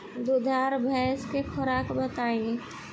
दुधारू भैंस के खुराक बताई?